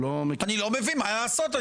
אני לא מבין, מה לעשות.